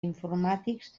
informàtics